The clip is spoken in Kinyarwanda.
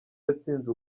yatsinze